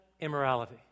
immorality